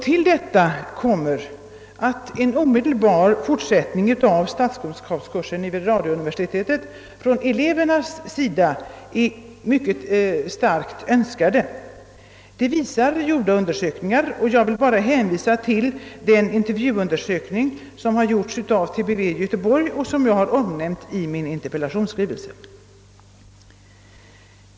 Till detta kommer att en omedelbar fortsättning av statskunskapskursen vid radiouniversitetet är ett mycket starkt önskemål från elevernas sida. Det framgår av gjorda undersökningar. Jag vill bara hänvisa till den intervjuundersökning som företagits av TBV i Göteborg och som jag omnänmt i min interpellation.